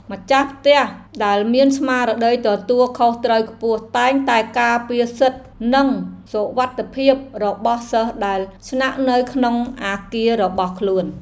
ម្ចាស់ផ្ទះដែលមានស្មារតីទទួលខុសត្រូវខ្ពស់តែងតែការពារសិទ្ធិ និងសុវត្ថិភាពរបស់សិស្សដែលស្នាក់នៅក្នុងអគាររបស់ខ្លួន។